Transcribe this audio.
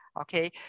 Okay